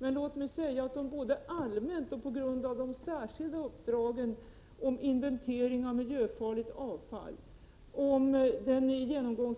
Men låt mig säga att de både allmänt och på grund av de särskilda uppdragen om inventering av miljöfarligt avfall, om en genomgång